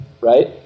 right